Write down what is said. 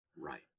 right